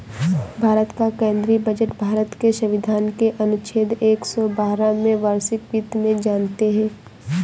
भारत का केंद्रीय बजट भारत के संविधान के अनुच्छेद एक सौ बारह में वार्षिक वित्त में जानते है